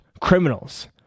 criminals